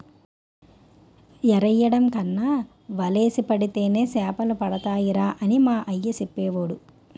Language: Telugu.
ఎరెయ్యడం కన్నా వలేసి పడితేనే సేపలడతాయిరా అని మా అయ్య సెప్పేవోడు